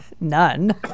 None